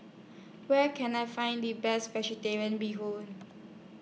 Where Can I Find The Best Vegetarian Bee Hoon